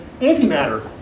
antimatter